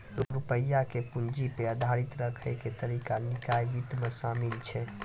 रुपया के पूंजी पे आधारित राखै के तरीका निकाय वित्त मे शामिल छै